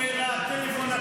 מה לבן גביר ולטלפון הכשר?